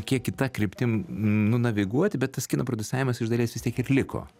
kiek kita kryptim nunaviguoti bet tas kino prodiusavimas iš dalies vis tiek ir liko